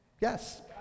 Yes